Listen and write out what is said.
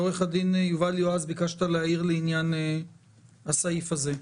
עו"ד יובל יועז, ביקשת להעיר לעניין הסעיף הזה.